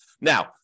Now